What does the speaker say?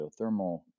geothermal